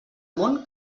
món